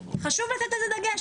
חשוב לתת לזה דגש,